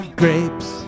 grapes